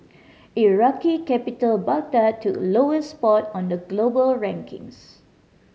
Iraqi capital Baghdad took lowest spot on the global rankings